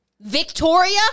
Victoria